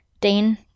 Dane